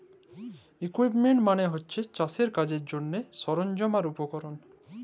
equipment মালে হছে চাষের কাজের জ্যনহে সরল্জাম আর উপকরল